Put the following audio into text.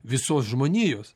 visos žmonijos